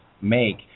make